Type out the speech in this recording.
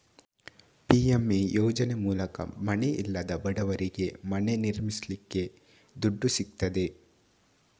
PMA ಯೋಜನೆ ಮೂಲಕ ಮನೆ ಇಲ್ಲದ ಬಡವರಿಗೆ ಮನೆ ನಿರ್ಮಿಸಲಿಕ್ಕೆ ದುಡ್ಡು ಸಿಗ್ತದೆ